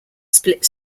split